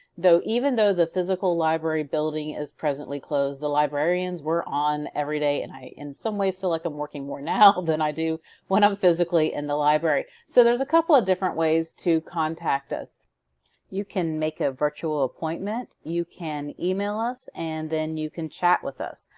even though the physical library building is presently closed, the librarians are on every day and i in some ways feel like i'm working more now than i do when i'm physically in the library. so there's a couple of different ways to contact us you can make a virtual appointment you can email us and then you can chat with us.